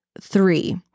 three